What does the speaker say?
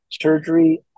surgery